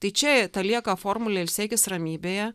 tai čia ta lieka formulė ilsėkis ramybėje